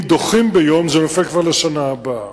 אם דוחים ביום, זה נופל כבר לשנה הבאה.